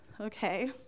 okay